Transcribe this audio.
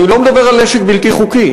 אני לא מדבר על נשק בלתי חוקי,